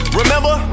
remember